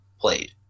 played